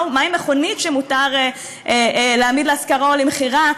מהי מכונית שמותר להעמיד להשכרה או למכירה,